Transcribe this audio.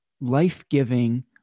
life-giving